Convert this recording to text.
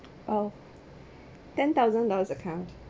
uh ten thousand dollars account